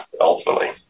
ultimately